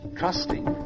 trusting